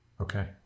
Okay